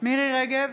מירי מרים רגב,